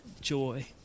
joy